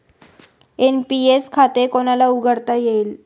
NPS खाते कोणाला उघडता येईल?